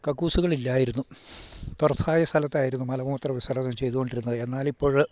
കക്കൂസുകളില്ലായിരുന്നു തുറസ്സായ സ്ഥലത്തായിരുന്നു മലമൂത്ര വിസർജ്ജനം ചെയ്തു കൊണ്ടിരുന്നത് എന്നാലിപ്പോൾ